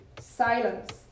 silence